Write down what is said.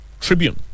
Tribune